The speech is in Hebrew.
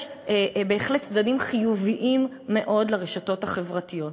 יש בהחלט צדדים חיוביים מאוד לרשתות החברתיות.